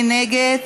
מי נגד?